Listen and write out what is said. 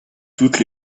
toutes